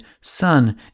sun